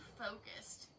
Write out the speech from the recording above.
focused